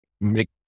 make